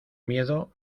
miedo